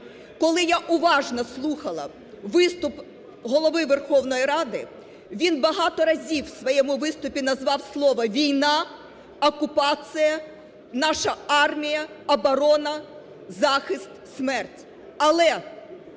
Коли я уважно слухала виступ Голови Верховної Ради, він багато разів в своєму виступі назвав слово "війна", "окупація", "наша армія", "оборона", "захист", "смерть".